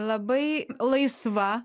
labai laisva